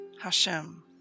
Hashem